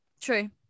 True